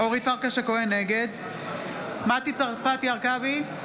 נגד מטי צרפתי הרכבי,